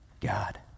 God